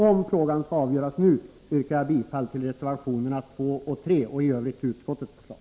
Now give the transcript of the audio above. Om frågan skall avgöras nu, yrkar jag bifall till reservationerna 2 och 3 och i övrigt till utskottets förslag.